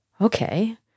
okay